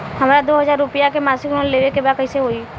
हमरा दो हज़ार रुपया के मासिक लोन लेवे के बा कइसे होई?